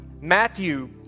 Matthew